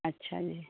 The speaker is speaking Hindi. अच्छा जी